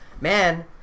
man